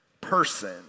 person